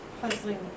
puzzling